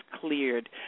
cleared